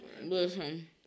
Listen